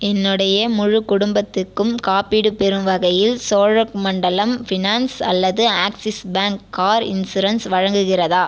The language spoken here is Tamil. என்னுடைய முழு குடும்பத்துக்கும் காப்பீடு பெறும் வகையில் சோழமண்டலம் ஃபினான்ஸ் அல்லது ஆக்ஸிஸ் பேங்க் கார் இன்சுரன்ஸ் வழங்குகிறதா